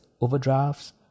overdrafts